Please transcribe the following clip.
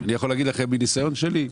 אני יכול להגיד לכם מניסיון שלי,